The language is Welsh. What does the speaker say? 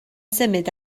symud